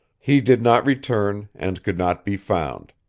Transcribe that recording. he did not return, and could not be found.